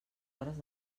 hores